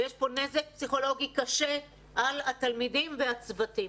ויש פה נזק פסיכולוגי קשה על התלמידים והצוותים.